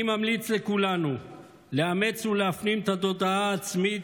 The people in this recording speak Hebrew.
אני ממליץ לכולנו לאמץ ולהפנים את התודעה העצמית,